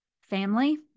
family